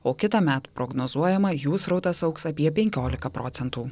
o kitąmet prognozuojama jų srautas augs apie penkioliką procentų